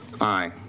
Aye